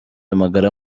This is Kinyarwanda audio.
amagara